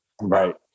Right